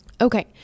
Okay